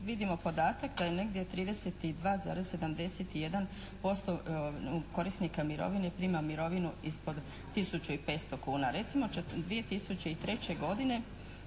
vidimo podatak da je negdje 32,71% korisnika mirovine prima mirovinu ispod tisuću